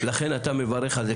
לכן אתה מברך על זה,